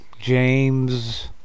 James